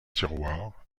tiroir